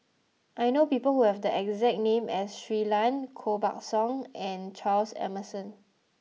I know people who have the exact name as Shui Lan Koh Buck Song and Charles Emmerson